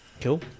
Cool